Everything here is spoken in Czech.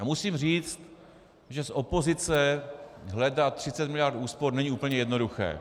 Musím říct, že z opozice hledat 30 miliard úspor není úplně jednoduché.